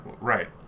right